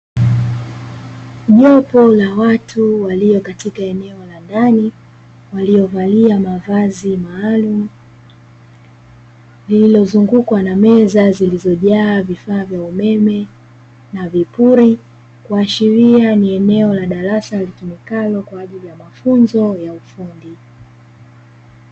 Jopo la watu waliyo katika eneo la ndani waliyovalia mavazi maalumu, lililozungukwa na meza zilizojaa vifaa vya umeme na vipuri kuashiria ni eneo la darasa litumikalo kwa ajili ya mafunzo ya ufundi.